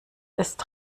ist